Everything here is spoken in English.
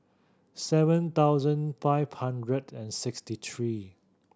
seven thousand five hundred and sixty three